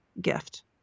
gift